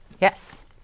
Yes